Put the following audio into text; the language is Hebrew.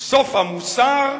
סוף המוסר,